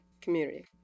community